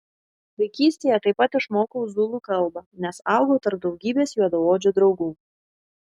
vaikystėje taip pat išmokau zulų kalbą nes augau tarp daugybės juodaodžių draugų